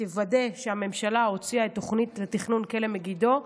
תוודא שהממשלה הוציאה את התוכנית לתכנון כלא מגידו,